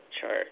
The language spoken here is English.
chart